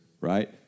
right